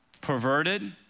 perverted